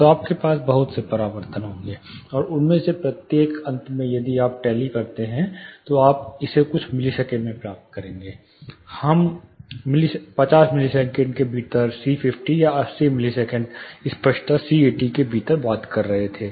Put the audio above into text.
तो आपके पास बहुत सारे परावर्तनब होंगे और उनमें से प्रत्येक अंत में यदि आप टैली करते हैं तो आप इसे कुछ मिलीसेकंड में प्राप्त करेंगे यह हम 50 मिलीसेकंड के भीतर c50 या 80 मिलीसेकंड स्पष्टता c80 के भीतर बात कर रहे थे